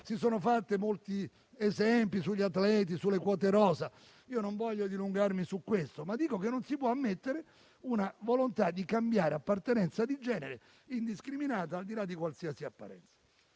Si sono fatte molti esempi sugli atleti e sulle quote rosa. Non voglio dilungarmi su questo, ma dico che non si può ammettere una volontà indiscriminata di cambiare appartenenza di genere al di là di qualsiasi apparenza.